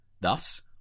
Thus